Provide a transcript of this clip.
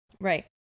Right